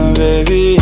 baby